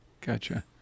gotcha